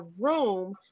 room